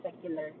secular